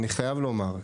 אני חייב לומר,